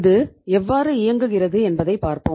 இது எவ்வாறு இயங்குகிறது என்பதை பார்ப்போம்